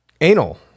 anal